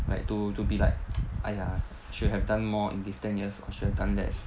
like to to be like !aiya! should have done more in these ten years or should have done less